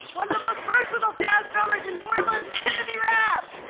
one of the most versatile jazz drummers in portland, timothy rap!